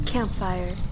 Campfire